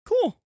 Cool